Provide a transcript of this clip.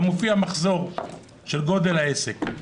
גם מופיע מחזור של גודל העסק.